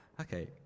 Okay